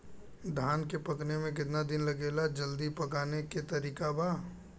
धान के पकने में केतना दिन लागेला जल्दी पकाने के तरीका बा?